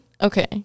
Okay